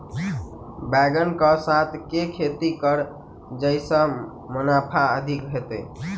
बैंगन कऽ साथ केँ खेती करब जयसँ मुनाफा अधिक हेतइ?